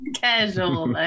Casual